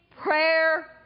prayer